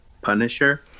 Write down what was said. Punisher